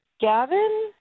Gavin